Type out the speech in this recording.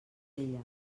ella